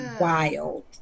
wild